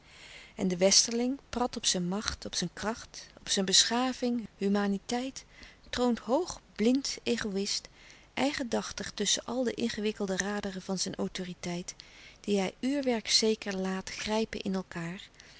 en de westerling prat op zijn macht op zijn kracht op zijn beschaving humaniteit troont hoog blind egoïst eigendachtig tusschen al de ingewikkelde raderen van zijn autoriteit die hij uurwerkzeker laat grijpen in elkaâr